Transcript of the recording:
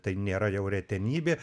tai nėra jau retenybė